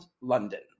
London